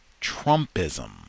Trumpism